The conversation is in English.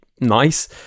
nice